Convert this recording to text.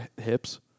hips